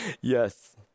yes